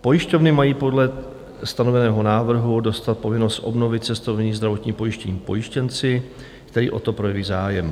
Pojišťovny mají podle stanoveného návrhu dostat povinnost obnovit cestovní zdravotní pojištění pojištěnci, který o to projeví zájem.